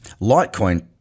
Litecoin